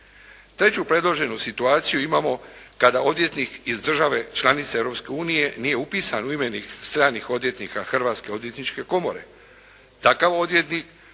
Treću predloženu situaciju imamo kada odvjetnik iz države članice Europske unije nije upisan u imenik stranih odvjetnika Hrvatske odvjetničke komore.